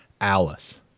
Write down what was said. Alice